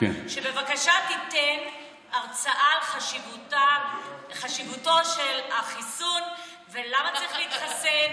ושבבקשה תיתן הרצאה על חשיבותו של החיסון ולמה צריך להתחסן